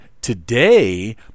today